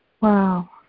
Wow